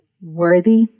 worthy